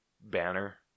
Banner